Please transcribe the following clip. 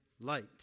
light